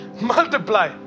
multiply